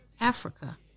Africa